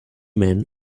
men